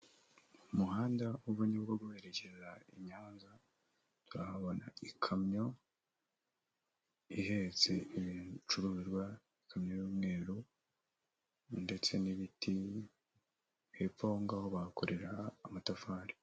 Umuhanda uva Nyabugogo werekeza i Nyanza, ndahabona ikamyo ihetse ibicuruzwa, ikamyo y'umweru ndetse n'ibiti, hepfo aho ngaho bahakorera amatafari.